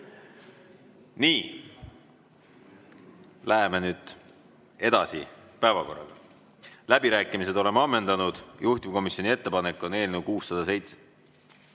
Läheme nüüd edasi päevakorraga. Läbirääkimised oleme ammendanud, juhtivkomisjoni ettepanek on eelnõu 607 ...